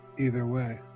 either way.